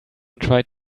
tried